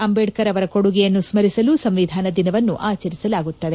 ಅಂಬೇಡ್ಕರ್ ಅವರ ಕೊಡುಗೆಯನ್ನು ಸ್ಮರಿಸಲು ಸಂವಿಧಾನ ದಿನವನ್ನು ಆಚರಿಸಲಾಗುತ್ತದೆ